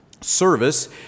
service